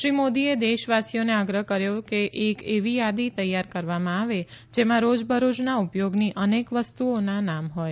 શ્રી મોદીએ દેશવાસીઓને આગ્રહ કર્યો છે કે એક એવી યાદી તૈયાર કરવામાં આવે જેમાં રોજબરોજના ઉપયોગની અનેક વસ્તુઓના નામ હોય